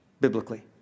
biblically